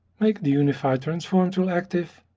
make the unified transform tool active,